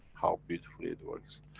how beautifully it works.